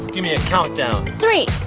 give me a countdown! three,